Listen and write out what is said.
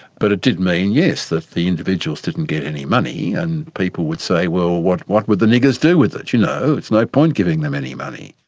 but it did mean, yes, that the individuals didn't get any money, and people would say, well what what would the niggers do with it? you know it's no point giving them any money.